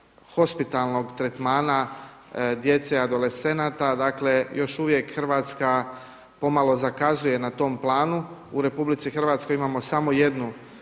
hospitalnog tretmana djece adolescenata. Dakle još uvijek Hrvatska pomalo zakazuje na tom planu. U RH imamo samo jednu